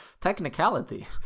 Technicality